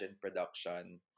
production